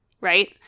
right